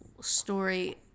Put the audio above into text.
story